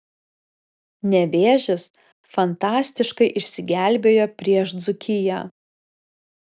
nevėžis fantastiškai išsigelbėjo prieš dzūkiją